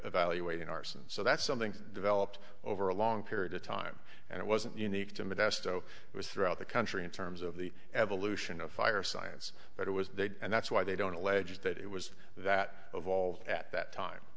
evaluating arson so that's something that developed over a long period of time and it wasn't unique to mit astro it was throughout the country in terms of the evolution of fire science but it was there and that why they don't allege that it was that of all at that time